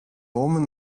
woman